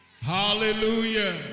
Hallelujah